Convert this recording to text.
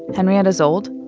henrietta szold,